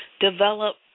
develop